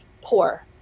poor